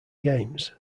games